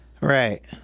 Right